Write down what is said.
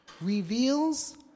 reveals